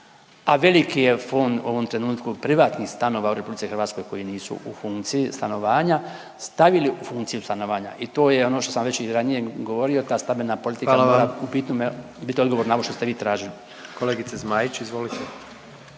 a veliki je fond u ovom trenutku privatnih stanova u RH koji nisu u funkciji stanovanja stavili u funkciju stanovanja. I to je ono što sam već i ranije govorio ta stambena politika …/Upadica predsjednik: Hvala vam./… mora u … odgovor na ovo što